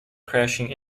crashing